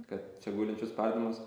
kad čia gulinčių spardymas